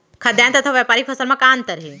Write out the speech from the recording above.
खाद्यान्न तथा व्यापारिक फसल मा का अंतर हे?